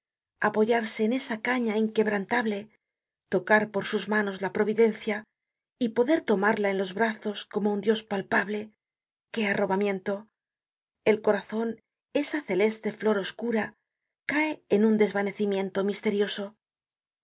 apoyarse en esa caña inquebrantable tocar por sus manos la providencia y poder tomarla en los brazos como un dios palpable que arrobamiento el corazon esa celeste flor oscura cae en un